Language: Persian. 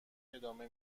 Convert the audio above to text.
ادامه